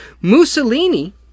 Mussolini